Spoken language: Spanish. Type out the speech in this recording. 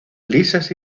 lisas